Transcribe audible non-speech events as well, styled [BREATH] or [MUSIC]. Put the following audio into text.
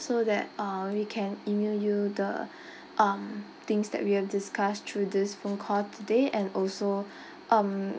so that uh we can email you the [BREATH] um things that we have discussed through this phone call today and also [BREATH] um